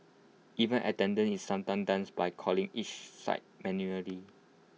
even attendance is sometimes done by calling each site manually